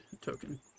token